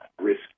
risk